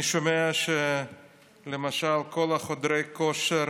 אני שומע שלמשל כל חדרי הכושר,